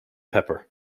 pepper